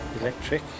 Electric